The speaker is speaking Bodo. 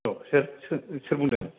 औ सोर सोर बुंदों